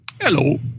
Hello